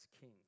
king